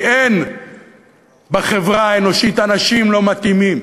כי אין בחברה האנושית אנשים לא מתאימים,